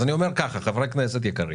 אני אומר, חברי הכנסת היקרים,